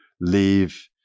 leave